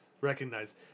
recognize